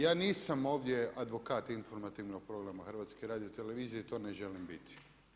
Ja nisam ovdje advokat informativnog programa HRT-a i to ne želim biti.